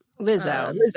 Lizzo